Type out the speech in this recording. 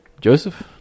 Joseph